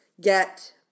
get